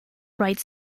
rights